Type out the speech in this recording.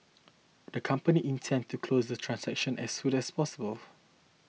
the company intends to close the transaction as soon as possible